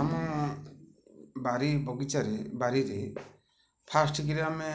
ଆମ ବାରି ବଗିଚାରେ ବାରିରେ ଫାଷ୍ଟକରି ଆମେ